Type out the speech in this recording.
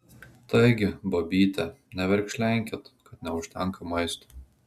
taigi babyte neverkšlenkit kad neužtenka maistui